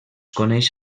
coneix